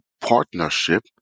partnership